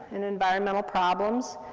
and environmental problems,